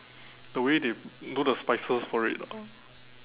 the way they do the spices for it lah